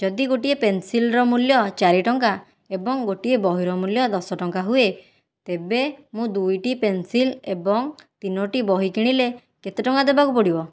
ଯଦି ଗୋଟିଏ ପେନ୍ସିଲ୍ର ମୂଲ୍ୟ ଚାରି ଟଙ୍କା ଏବଂ ଗୋଟିଏ ବହିର ମୂଲ୍ୟ ଦଶ ଟଙ୍କା ହୁଏ ତେବେ ମୁଁ ଦୁଇଟି ପେନ୍ସିଲ୍ ଏବଂ ତିନୋଟି ବହି କିଣିଲେ କେତେ ଟଙ୍କା ଦେବାକୁ ପଡ଼ିବ